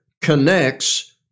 connects